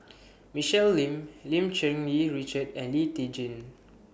Michelle Lim Lim Cherng Yih Richard and Lee Tjin